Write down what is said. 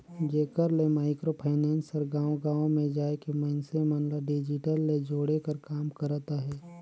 जेकर ले micro finance हर गाँव गाँव में जाए के मइनसे मन ल डिजिटल ले जोड़े कर काम करत अहे